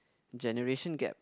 generation gap